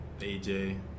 AJ